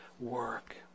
work